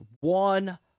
One